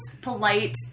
polite